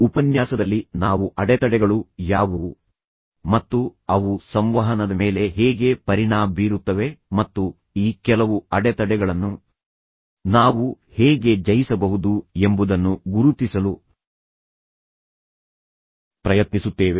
ಈ ಉಪನ್ಯಾಸದಲ್ಲಿ ನಾವು ಅಡೆತಡೆಗಳು ಯಾವುವು ಮತ್ತು ಅವು ಸಂವಹನದ ಮೇಲೆ ಹೇಗೆ ಪರಿಣಾಮ ಬೀರುತ್ತವೆ ಮತ್ತು ಈ ಕೆಲವು ಅಡೆತಡೆಗಳನ್ನು ನಾವು ಹೇಗೆ ಜಯಿಸಬಹುದು ಎಂಬುದನ್ನು ಗುರುತಿಸಲು ಪ್ರಯತ್ನಿಸುತ್ತೇವೆ